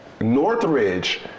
Northridge